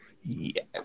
Yes